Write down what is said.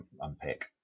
unpick